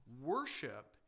worship